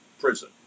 prison